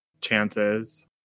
chances